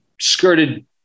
skirted